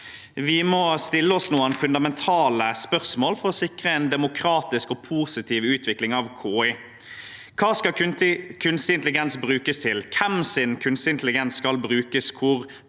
Vi må stille oss noen fundamentale spørsmål for å sikre en demokratisk og positiv utvikling av KI. Hva skal kunstig intelligens brukes til? Hvilken kunstig intelligens skal brukes